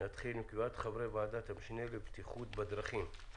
נתחיל עם קביעת חברי ועדת המשנה לבטיחות בדרכים,